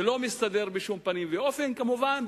זה לא מסתדר בשום פנים ואופן, כמובן.